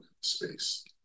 space